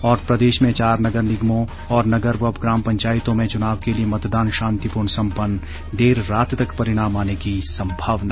और प्रदेश में चार नगर निगमों और नगर व ग्राम पंचायतों में चुनाव के लिए मतदान शांतिपूर्ण सम्पन्न देर रात तक परिणाम आने की सम्भावना